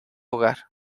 hogar